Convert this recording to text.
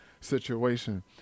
situation